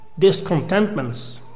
discontentments